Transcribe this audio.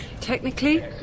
Technically